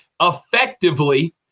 effectively